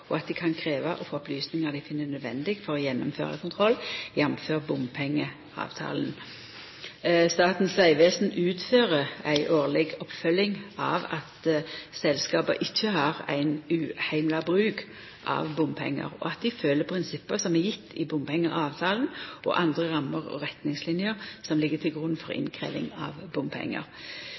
og at dei kan krevja å få opplysningar dei finn nødvendige for å gjennomføra kontroll, jf. bompengeavtalen. Statens vegvesen utfører ei årleg oppfølging av at selskapa ikkje har ein uheimla bruk av bompengar, og at dei følgjer prinsippa som er gjevne i bompengeavtalen og andre rammer og retningsliner som ligg til grunn for innkrevjinga av bompengar.